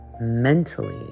mentally